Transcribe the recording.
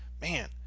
Man